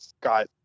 got